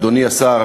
אדוני השר,